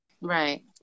Right